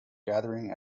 gathering